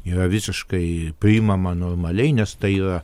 yra visiškai priimama normaliai nes tai yra